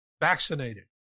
vaccinated